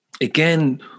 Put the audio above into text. again